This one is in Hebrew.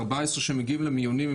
14 שמגיעים למיונים,